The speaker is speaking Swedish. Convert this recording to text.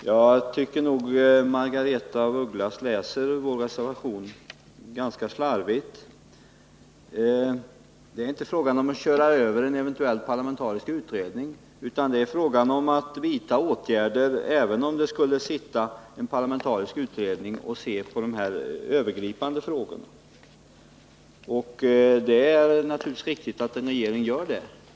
Herr talman! Jag tycker att Margaretha af Ugglas läser vår reservation ganska slarvigt. Det är inte fråga om att köra över en eventuell parlamentarisk utredning, utan det är fråga om att vidta åtgärder även om en parlamentarisk utredning skulle se på de övergripande frågorna. Det är naturligtvis riktigt att en regering gör på det sättet.